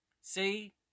See